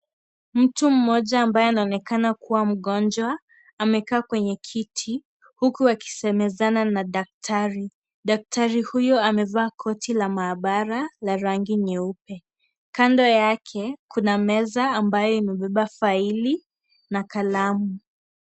Mtu mmoja ambaye anaonekana kuwa mgonjwa amekaa kwenye kiti huku akisemezana na daktari. Daktari huyu amevaa koti la maabara la rangi nyeupe. Kando yake kuna meza ambayo imebeba faili na kalamu.